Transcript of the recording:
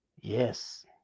Yes